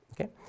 okay